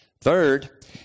Third